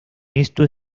esto